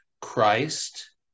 Christ